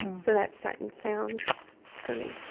so that's sight and sound for me